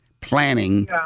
planning